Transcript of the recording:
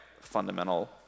fundamental